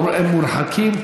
הם מורחקים,